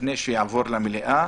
לפני שזה עובר למליאה,